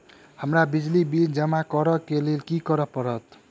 हमरा बिजली बिल जमा करऽ केँ लेल की करऽ पड़त?